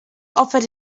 offered